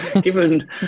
Given